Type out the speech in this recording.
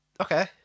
Okay